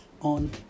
on